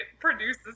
produces